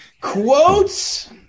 Quotes